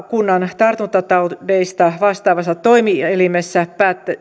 kunnan tartuntataudeista vastaavassa toimielimessä